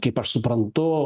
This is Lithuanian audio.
kaip aš suprantu